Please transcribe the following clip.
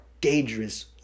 dangerous